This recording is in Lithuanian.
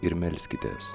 ir melskitės